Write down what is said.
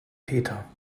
peter